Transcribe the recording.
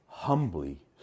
humbly